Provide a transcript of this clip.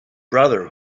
brother